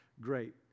great